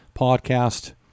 podcast